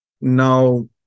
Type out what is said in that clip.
Now